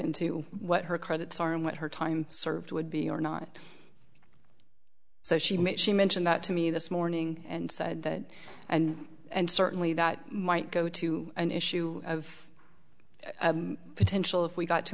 into what her credits are and what her time served would be or not so she made she mentioned that to me this morning and said that and and certainly that might go to an issue of potential if we got to